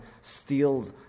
steal